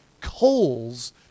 coals